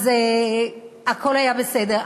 הכול היה בסדר.